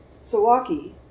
Sawaki